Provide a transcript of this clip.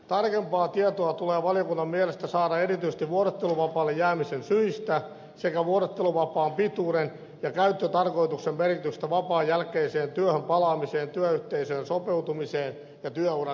tarkempaa tietoa tulee valiokunnan mielestä saada erityisesti vuorotteluvapaalle jäämisen syistä sekä vuorotteluvapaan pituuden ja käyttötarkoituksen merkityksestä vapaan jälkeiseen työhön palaamisessa työyhteisöön sopeutumisessa ja työuran kehityksessä